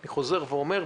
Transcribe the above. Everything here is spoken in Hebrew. אני חוזר ואומר,